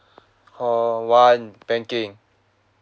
call one banking